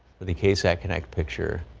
but the ksat connect picture.